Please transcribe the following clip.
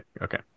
okay